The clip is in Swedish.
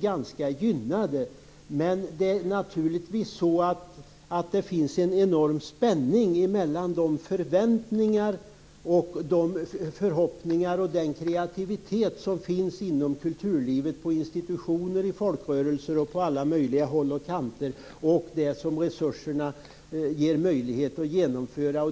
ganska gynnat. Men naturligtvis finns det en enorm spänning mellan de förväntningar, de förhoppningar och den kreativitet som finns inom kulturlivet på institutioner, inom folkrörelser och annat och det som resurserna ger möjlighet att genomföra.